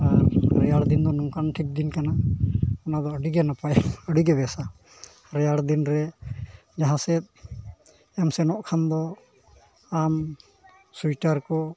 ᱟᱨ ᱨᱮᱭᱟᱲ ᱫᱤᱱ ᱠᱚᱫᱚ ᱱᱚᱝᱠᱟᱱ ᱴᱷᱤᱠ ᱫᱤᱱ ᱠᱟᱱᱟ ᱚᱱᱟᱫᱚ ᱟᱹᱰᱤᱜᱮ ᱱᱟᱯᱟᱭᱟ ᱟᱹᱰᱤᱜᱮ ᱵᱮᱥᱟ ᱨᱮᱭᱟᱲ ᱫᱤᱱ ᱨᱮ ᱡᱟᱦᱟᱸ ᱥᱮᱫ ᱮᱢ ᱥᱮᱱᱚᱜ ᱠᱷᱟᱱ ᱫᱚ ᱟᱢ ᱥᱳᱭᱮᱴᱟᱨ ᱠᱚ